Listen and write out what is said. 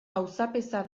auzapeza